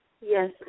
Yes